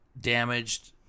damaged